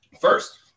First